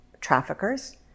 traffickers